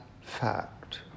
fact